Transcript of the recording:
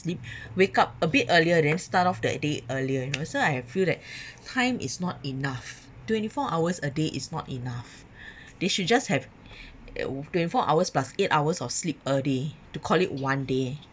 sleep wake up a bit earlier then start off the day earlier you know so I have feel that time is not enough twenty four hours a day is not enough they should just have uh twenty four hours plus eight hours of sleep already to call it one day